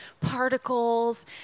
particles